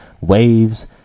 waves